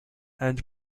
and